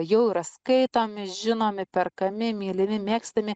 jau yra skaitomi žinomi perkami mylimi mėgstami